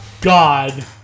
God